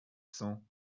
cents